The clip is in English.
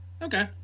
Okay